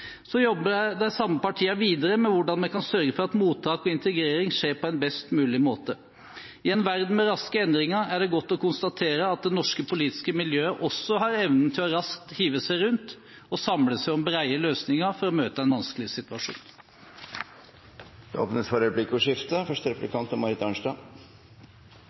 Så jobber de samme partiene videre med hvordan vi kan sørge for at mottak og integrering skjer på en best mulig måte. I en verden med raske endringer er det godt å konstatere at det norske politiske miljøet også har evnen til raskt å hive seg rundt og samle seg om brede løsninger for å møte en vanskelig situasjon. Det blir replikkordskifte. Det kom i og for